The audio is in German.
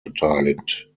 beteiligt